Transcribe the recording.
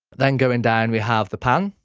then going down we have the pan.